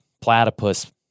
platypus